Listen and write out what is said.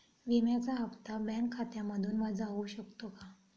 विम्याचा हप्ता बँक खात्यामधून वजा होऊ शकतो का?